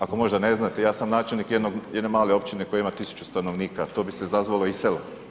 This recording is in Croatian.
Ako možda ne znate, ja sam načelnik jedne male općine koja ima 1000 stanovnika, to bi se nazvalo i selo.